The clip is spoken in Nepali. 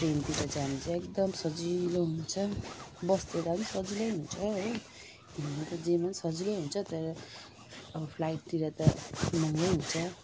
ट्रेनतिर जान चाहिँ एकदम सजिलो हुन्छ बसतिर पनि सजिलो हुन्छ हो हुन त जेमा पनि सजिलो हुन्छ तर अब फ्लाइटतिर त महँगै हुन्छ